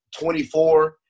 24